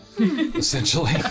essentially